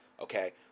Okay